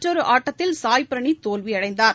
மற்றொரு ஆட்டத்தில் சாய் பிரணீத் தோல்வியடைந்தார்